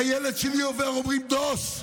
כשהילד שלי עובר אומרים: דוס?